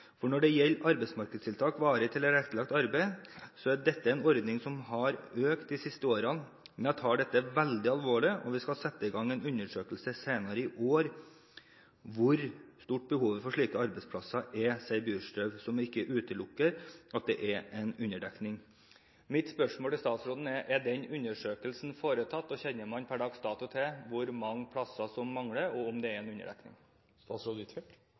For når det gjelder arbeidsmarkedstiltaket varig tilrettelagt arbeid, så er dette en ordning som har økt de siste årene. Men jeg tar dette veldig alvorlig og vi skal sette i gang en undersøkelse senere i år om hvor stort behovet for slike arbeidsplasser er.» Dette sa Hanne Bjurstrøm, som ikke utelukket at det var en underdekning. Mitt spørsmål til statsråden er: Er den undersøkelsen foretatt, og kjenner man per dags dato til hvor mange plasser som mangler, og om det er en underdekning?